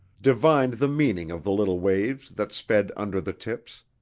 divined the meaning of the little waves that sped under the tips,